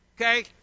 okay